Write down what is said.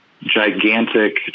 gigantic